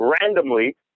randomly